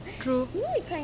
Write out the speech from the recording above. true